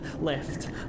left